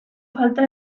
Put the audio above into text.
falta